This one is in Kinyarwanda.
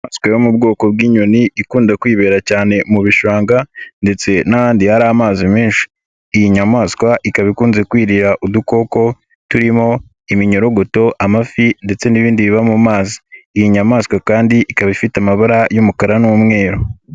Inyamaswa yo mu bwoko bw'inyoni ikunda kwibera cyane mu bishanga ndetse n'ahandi hari amazi menshi iyi nyamaswa ikaba ikunze kwirira udukoko turimo iminyorogoto amafi ndetse n'ibindi biba mu mazi iyi nyamaswa kandi ikaba ifite amabara y'umukara n'umweru.